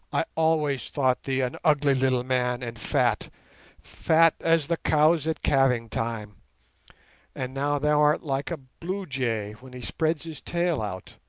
i always thought thee an ugly little man, and fat fat as the cows at calving time and now thou art like a blue jay when he spreads his tail out.